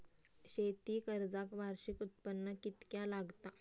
शेती कर्जाक वार्षिक उत्पन्न कितक्या लागता?